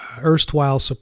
erstwhile